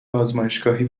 آزمایشگاهی